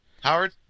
Howard